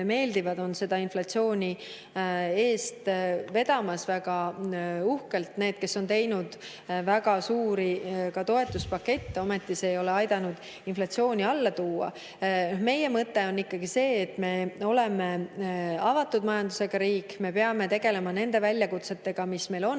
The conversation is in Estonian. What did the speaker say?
meeldivad, on seda inflatsiooni väga uhkelt eest vedamas, need, kes on teinud väga suuri toetuspakette, ometi ei ole see aidanud inflatsiooni alla tuua. Meie mõte on ikkagi see, et me oleme avatud majandusega riik, me peame tegelema nende väljakutsetega, mis meil on,